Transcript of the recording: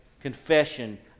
confession